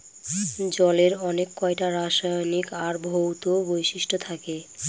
জলের অনেককটা রাসায়নিক আর ভৌত বৈশিষ্ট্য থাকে